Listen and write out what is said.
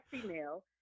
female